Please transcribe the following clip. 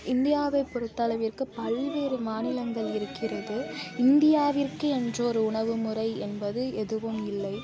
இந்தியாவை பொறுத்த அளவிற்கு பல்வேறு மாநிலங்கள் இருக்கிறது இந்தியாவிற்கு என்று ஒரு உணவு முறை என்பது எதுவும் இல்லை